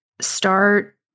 start